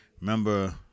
Remember